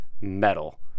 metal